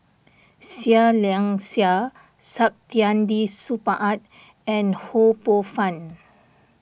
Seah Liang Seah Saktiandi Supaat and Ho Poh Fun